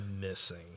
missing